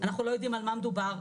אנחנו לא יודעים על מה מדובר,